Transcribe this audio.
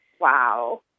Wow